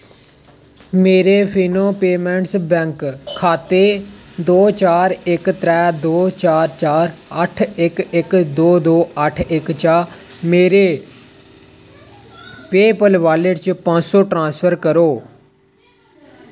मेरे Fino payments bank खाते दो चार इक त्रै दो चार चार अट्ठ इक इक दो दो अट्ठ इक चा मेरे पेऽपाल वालेट च पंज सौ ट्रांसफर करो